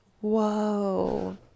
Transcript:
whoa